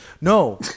No